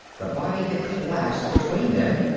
the body had collapsed between them,